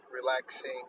relaxing